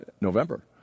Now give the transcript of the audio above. November